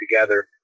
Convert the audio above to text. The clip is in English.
together